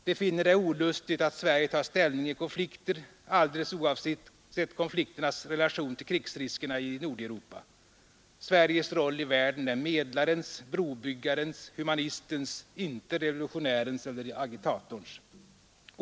De finner det olustigt att Sverige tar ställning i konflikter, alldeles oavsett konflikternas relation till krigsriskerna i Nordeuropa; Sveriges roll i världen är medlarens, brobyggarens, humanistens, inte revolutionärens eller agitatorns.